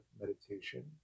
meditation